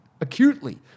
acutely